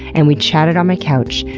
and we chatted on my couch.